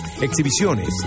exhibiciones